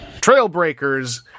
Trailbreakers